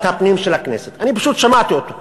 הפנים של הכנסת; אני פשוט שמעתי אותו.